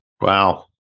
Wow